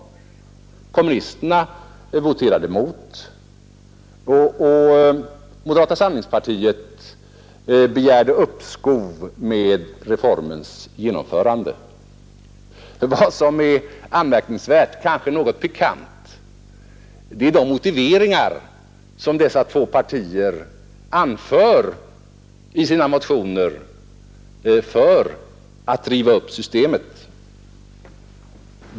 Kommunisterna voterade mot och moderata samlingspartiet begärde uppskov med reformens genomförande. Vad som är anmärkningsvärt, ja kanske något pikant, är de motiveringar som dessa två partier anför i sina motioner för att riva upp systemet.